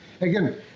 again